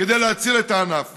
כדי להציל את הענף.